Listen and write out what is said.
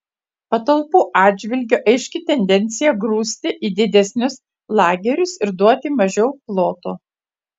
patalpų atžvilgiu aiški tendencija grūsti į didesnius lagerius ir duoti mažiau ploto